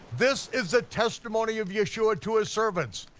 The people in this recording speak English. this is the testimony of yeshua to his servants.